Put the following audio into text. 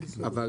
אבל,